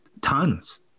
tons